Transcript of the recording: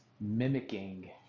mimicking